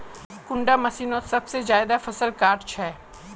कुंडा मशीनोत सबसे ज्यादा फसल काट छै?